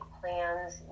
plans